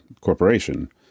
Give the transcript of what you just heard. corporation